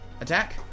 Attack